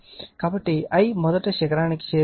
కాబట్టి I మొదట శిఖరానికి చేరుకుంటుంది